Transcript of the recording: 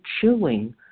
chewing